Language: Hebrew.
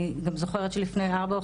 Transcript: אני גם זוכרת לפני ארבע,